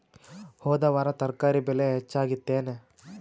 ಹೊದ ವಾರ ತರಕಾರಿ ಬೆಲೆ ಹೆಚ್ಚಾಗಿತ್ತೇನ?